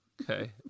Okay